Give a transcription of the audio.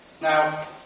Now